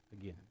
again